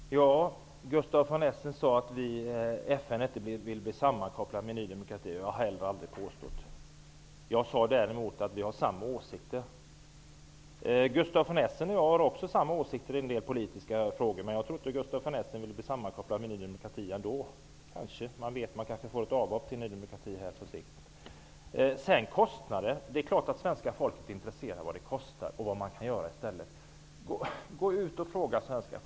Herr talman! Gustaf von Essen sade att FN inte vill bli sammankopplat med Ny demokrati. Det har jag heller aldrig påstått. Jag sade däremot att vi har samma åsikter. Gustaf von Essen och jag har också samma åsikter i en del politiska frågor, men jag tror ändå inte att Gustaf von Essen vill bli sammankopplad med Ny demokrati. Men vem vet -- vi kanske får ett avhopp till Ny demokrati här på sikt? Det är klart att svenska folket är intresserat av vad det kostar och av vad man kan göra i stället. Gå ut och fråga folk!